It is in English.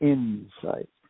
Insight